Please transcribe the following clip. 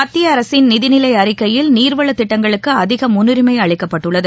மத்திய அரசின் நிதிநிலைஅறிக்கையில் நீர்வளதிட்டங்களுக்கு அதிகமுன்னுரிமைஅளிக்கப்பட்டுள்ளது